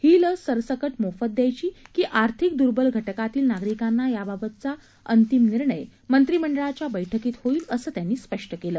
ही लस सरसकट मोफत द्यायची की आर्थिक द्बल घटकांतल्या नागरिकांना याबाबतचा अंतीम निर्णय मंत्रिमंडळाच्या बैठकीत होईल असं त्यांनी स्पष्ट केलं